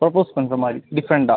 propose பண்ணுற மாதிரி டிஃப்ரெண்டாக